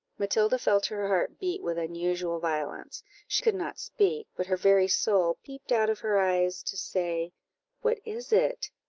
matilda felt her heart beat with unusual violence she could not speak, but her very soul peeped out of her eyes to say what is it?